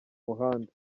muhanda